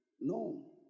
No